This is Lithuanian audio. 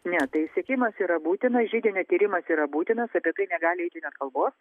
ne tai siekimas yra būtinas židinio tyrimas yra būtinas apie tai negali eiti net kalbos